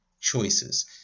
choices